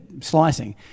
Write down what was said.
slicing